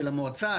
של המועצה?